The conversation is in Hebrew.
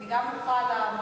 אני גם מוחה על המהות,